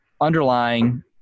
underlying